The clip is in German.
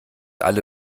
alle